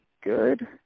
good